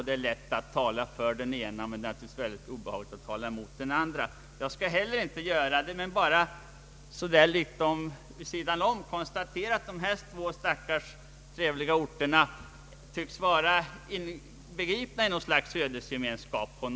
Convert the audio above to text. Det är lätt att tala för den ena, men det är naturligtvis obehagligt att tala emot den andra. Jag skall bara konstatera att dessa två trevliga orter tycks vara inbegripna i någon sorts ödesgemenskap.